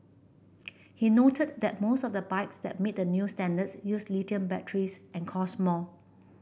he noted that most of the bikes that meet the new standards use lithium batteries and cost more